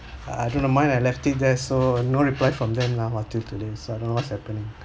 I don't know mine I left it there so no reply from them lah until today so I don't know what's happening